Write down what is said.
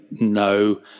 no